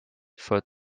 foot